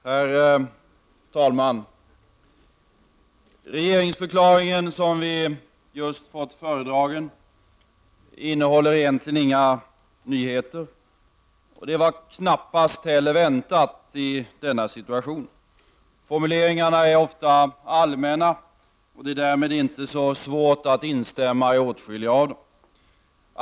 Herr talman! Den regeringsförklaring som vi just fått föredragen innehåller egentligen inga nyheter. Det var knappast heller väntat i denna situation. Formuleringarna är ofta allmänna. Det är därmed inte så svårt instämma i åtskilliga av dem.